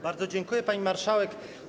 Bardzo dziękuję, pani marszałek.